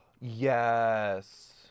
Yes